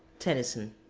tennyson.